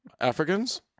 Africans